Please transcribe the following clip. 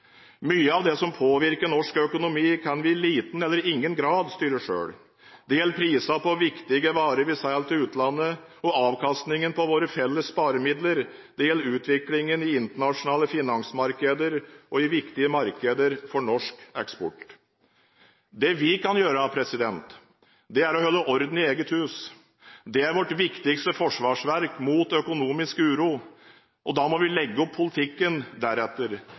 Mye av det som påvirker norsk økonomi, kan vi i liten eller ingen grad styre selv. Det gjelder prisene på viktige varer som vi selger til utlandet, og avkastningen på våre felles sparemidler. Det gjelder utviklingen i internasjonale finansmarkeder og i viktige markeder for norsk eksport. Det vi kan gjøre, er å holde orden i eget hus. Det er vårt viktigste forsvarsverk mot økonomisk uro, og da må vi legge opp politikken deretter.